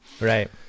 Right